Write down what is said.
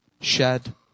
shed